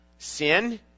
Sin